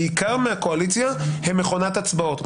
בעיקר מהקואליציה הם מכונת הצבעות.